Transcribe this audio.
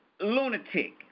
lunatic